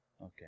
Okay